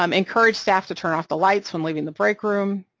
um encourage staff to turn off the lights when leaving the break room,